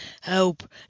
Help